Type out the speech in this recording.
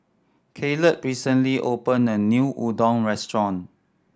Kaleb recently opened a new Udon restaurant